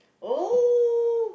oh